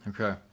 okay